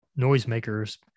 noisemakers